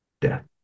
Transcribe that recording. death